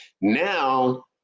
Now